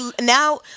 now